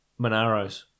Monaros